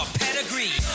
pedigree